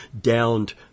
downed